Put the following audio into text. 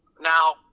Now